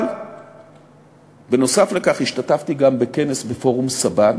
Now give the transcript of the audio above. אבל בנוסף לכך השתתפתי גם בכנס בפורום סבן,